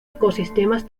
ecosistemas